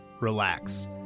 relax